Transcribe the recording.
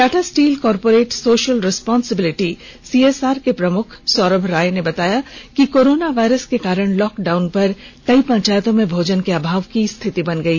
Tata steel corporate social responsibility C S R के प्रमुख सौरभ रॉय ने बताया कि कोरोना वायरस के कारण लॉक डाउन पर कई पंचायतों में भोजन के अभाव की स्थिति बन गई